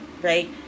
right